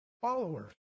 followers